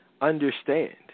understand